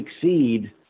succeed